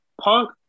Punk